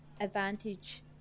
advantage